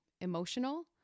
emotional